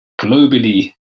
globally